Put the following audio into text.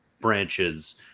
branches